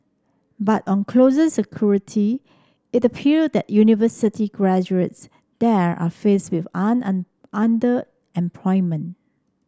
but on closer scrutiny it appear that university graduates there are faced with underemployment